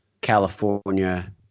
California